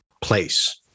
place